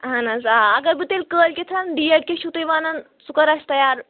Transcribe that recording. اَہَن حظ آ اگر بہٕ تیٚلہِ کٲلکٮ۪تھَن ڈیٹ کیٛاہ چھُو تُہۍ وَنان سُہ کر آسہِ تَیار